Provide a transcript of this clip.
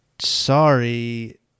sorry